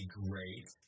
great